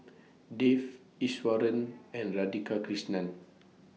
Dev Iswaran and Radhakrishnan